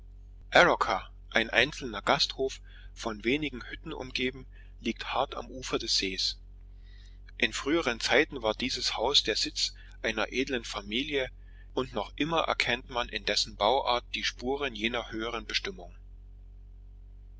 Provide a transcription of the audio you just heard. ein einzelner gasthof von wenigen hütten umgeben liegt hart am ufer des sees in früheren zeiten war dieses haus der sitz einer edlen familie und noch immer erkennt man in dessen bauart die spuren jener höheren bestimmung